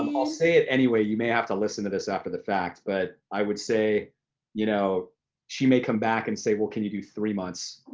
um i'll say it anyway. you may have to listen to this after the fact, but i would say you know she may come back and say, well, can you do three months?